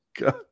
god